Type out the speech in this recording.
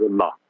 Allah